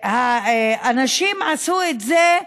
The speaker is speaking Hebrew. שהאנשים עשו את זה,